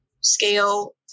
scale